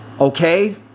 Okay